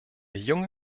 junge